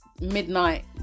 midnight